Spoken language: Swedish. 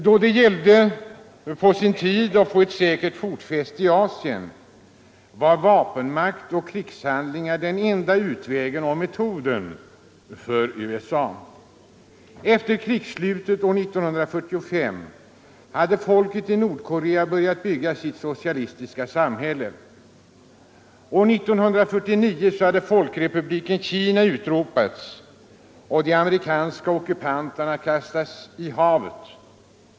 Då det på sin tid gällde att få ett säkert fotfäste i Asien var vapenmakt och krigshandlingar den enda utvägen och metoden för USA. Efter krigsslutet år 1945 hade folket i Nordkorea börjat bygga sitt socialistiska samhälle. År 1949 hade Folkrepubliken Kina utropats och de amerikanska ockupanterna kastats i havet.